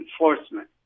enforcement